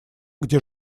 где